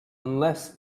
unless